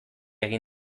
egin